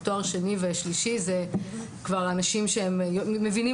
תואר שני ושלישי מיועד לאנשים שמבינים